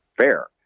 fair